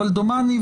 אבל דומני,